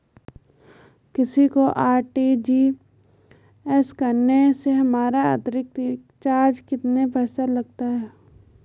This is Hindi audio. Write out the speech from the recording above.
किसी को आर.टी.जी.एस करने से हमारा अतिरिक्त चार्ज कितने प्रतिशत लगता है?